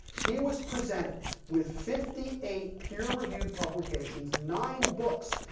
he was presented with fifty eight peer reviewed publications, nine books,